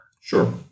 Sure